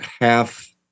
half